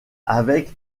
avec